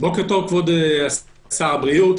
כבוד שר הבריאות,